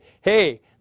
hey